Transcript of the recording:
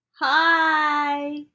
Hi